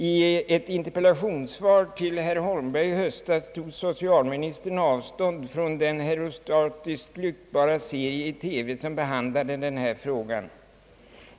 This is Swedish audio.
I ett interpellationssvar till herr Holmberg i höstas tog socialministern avstånd från den herostratiskt ryktbara serie i TV som behandlade denna fråga.